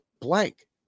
blank